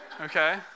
Okay